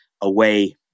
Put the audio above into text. away